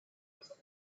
was